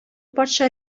патша